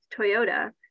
Toyota